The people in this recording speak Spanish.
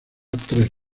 tres